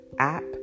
app